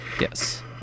Yes